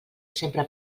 sempre